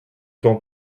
temps